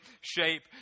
shape